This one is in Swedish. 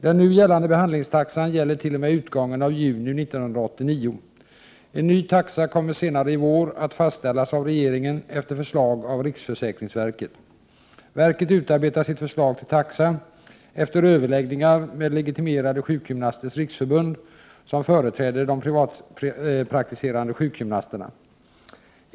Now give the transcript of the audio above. Den nu gällande behandlingstaxan gäller t.o.m. utgången av juni 1989. En ny taxa kommer senare i vår att fastställas av regeringen efter förslag av riksförsäkringsverket. Verket utarbetar sitt förslag till taxa efter överläggningar med Legitimerade Sjukgymnasters Riksförbund, som företräder de privatpraktiserande sjukgymnasterna.